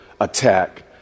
attack